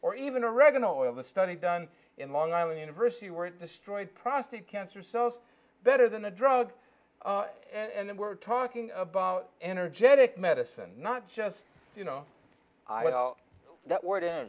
or even oregano oil the study done in long island university where it destroyed prostate cancer cells better than a drug and then we're talking about energetic medicine not just you know i'll that word